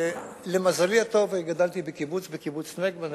למזלי הטוב גדלתי בקיבוץ, קיבוץ נגבה.